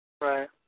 Right